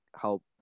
help